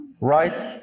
right